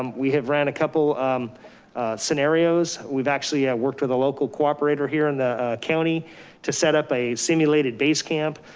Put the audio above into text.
um we have ran a couple scenarios. we've actually yeah worked with a local cooperator here in the county to set up a simulated base camp,